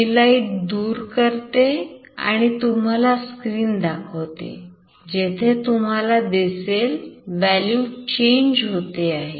मी light दूर करते आणि तुम्हाला स्क्रीन दाखवते जेथे तुम्हाला दिसेल value चेंज होते आहे